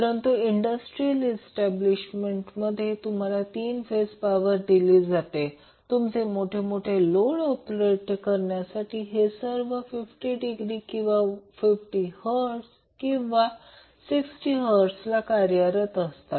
परंतु industrial establishment मध्ये तुम्हाला 3 फेज पॉवर दिली जाते तुमचे मोठे मोठे लोड ऑपरेट करण्यासाठी हे सर्व 50 डिग्री किंवा 50 hertz किंवा 60 hertz ला कार्यरत असतात